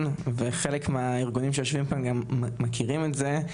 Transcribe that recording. וחלק מהארגונים שיושבים כאן גם מכירים את זה,